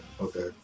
Okay